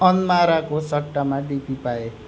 अन्माराको सट्टामा डिपी पाएँ